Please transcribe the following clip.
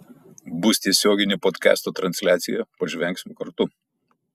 bus tiesioginė podkasto transliacija pažvengsim kartu